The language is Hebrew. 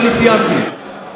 אני סיימתי.